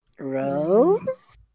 Rose